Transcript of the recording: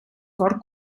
cor